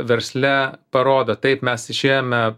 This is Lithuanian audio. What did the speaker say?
versle parodo taip mes išėjome